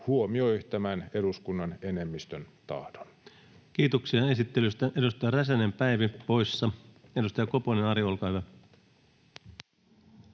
huomioivat tämän eduskunnan enemmistön tahdon. Kiitoksia esittelystä. — Edustaja Päivi Räsänen poissa — edustaja Ari Koponen, olkaa hyvä.